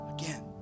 again